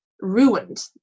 ruined